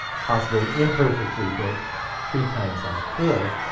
possible, imperfectly, but three times out of four,